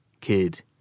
kid